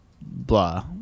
blah